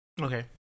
Okay